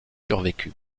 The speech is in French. survécu